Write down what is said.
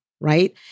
right